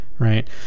right